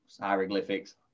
hieroglyphics